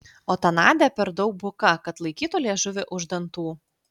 o ta nadia per daug buka kad laikytų liežuvį už dantų